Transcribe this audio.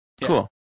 Cool